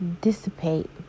dissipate